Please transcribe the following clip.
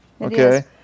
Okay